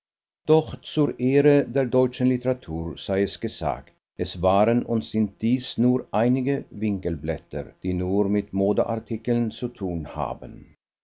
doch zur ehre der deutschen literatur sei es gesagt es waren und sind dies nur einige winkelblätter die nur mit modeartikeln zu tun haben